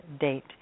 date